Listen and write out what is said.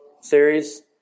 series